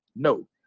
No